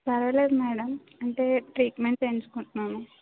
పరవాలేదు మేడం అంటే ట్రీట్మెంట్ చేయించుకుంటున్నాను